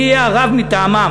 מי יהיה הרב מטעמם.